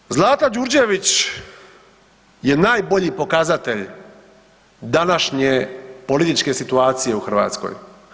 Dakle, Zlata Đurđević je najbolji pokazatelj današnje političke situacije u Hrvatskoj.